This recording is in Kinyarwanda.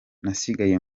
nasigaye